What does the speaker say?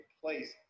place